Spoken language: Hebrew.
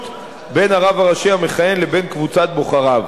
בין הרב הראשי המכהן לבין קבוצת בוחריו,